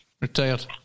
Retired